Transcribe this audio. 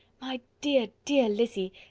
my dear, dear lizzy,